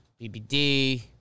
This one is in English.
BBD